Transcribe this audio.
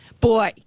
Boy